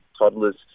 toddlers